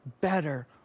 better